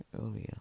earlier